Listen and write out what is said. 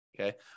Okay